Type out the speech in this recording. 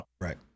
right